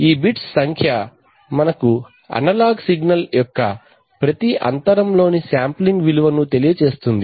ఈ బిట్స్ సంఖ్య మనకు అనలాగ్ సిగ్నల్ యొక్క ప్రతి అంతరం లోని శాంప్లింగ్ విలువను తెలియజేస్తుంది